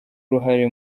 uruhare